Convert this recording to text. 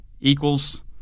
equals